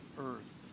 earth